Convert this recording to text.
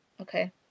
Okay